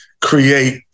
create